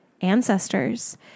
ancestors